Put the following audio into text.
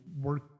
work